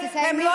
אני הפסקתי אותך.